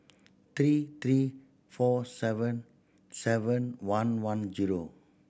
three three four seven seven one one zero